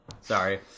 Sorry